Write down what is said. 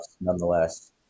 nonetheless